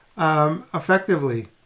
Effectively